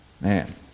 Man